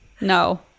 No